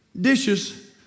dishes